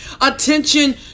attention